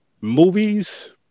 movies